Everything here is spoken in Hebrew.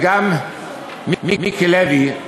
וגם מיקי לוי,